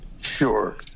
Sure